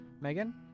Megan